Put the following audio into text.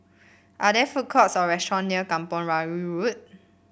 are there food courts or restaurant near Kampong Kayu Road